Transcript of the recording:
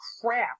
crap